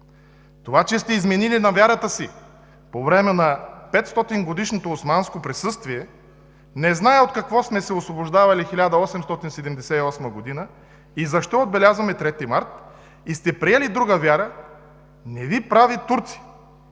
Това, че сте изменили на вярата си по време на 500-годишното османско присъствие, не знаете от какво сме се освобождавали 1878 г., защо отбелязваме 3 март и сте приели друга вяра, не Ви прави турци.